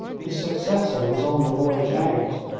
his successor was on the voyage out,